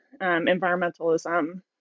environmentalism